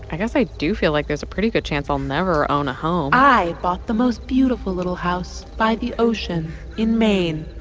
i guess i do feel like there's a pretty good chance i'll never own a home i bought the most beautiful little house by the ocean in maine.